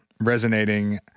resonating